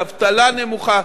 על אבטלה נמוכה,